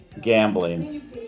gambling